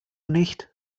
nicht